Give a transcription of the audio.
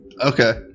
Okay